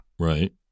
Right